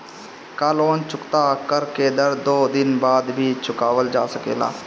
का लोन चुकता कर के एक दो दिन बाद भी चुकावल जा सकेला?